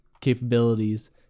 capabilities